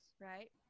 right